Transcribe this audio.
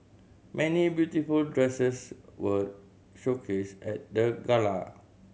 many beautiful dresses were showcased at the gala